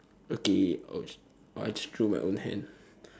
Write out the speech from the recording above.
okay ouch I just drew my own hand